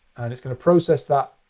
and it's going to process that.